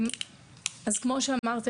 כמה שאמרת,